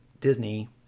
Disney